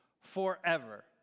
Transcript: forever